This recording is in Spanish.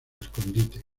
escondite